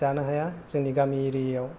जानो हाया जोंनि गामि एरियायाव